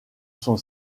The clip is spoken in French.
son